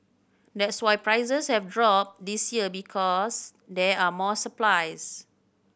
that's why prices have dropped this year because there are more supplies